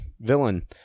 villain